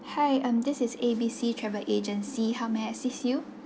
hi um this is A B C travel agency how may I assist you